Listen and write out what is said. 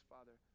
Father